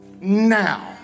Now